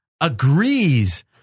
agrees